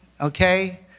okay